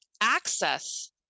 access